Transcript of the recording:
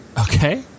Okay